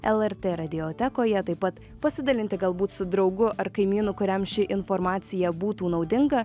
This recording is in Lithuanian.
lrt radiotekoje taip pat pasidalinti galbūt su draugu ar kaimynu kuriam ši informacija būtų naudinga